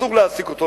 אסור להעסיק אותו,